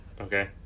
Okay